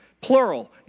plural